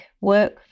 work